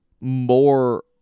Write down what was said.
more